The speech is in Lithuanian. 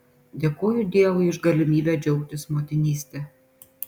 dėkoju dievui už galimybę džiaugtis motinyste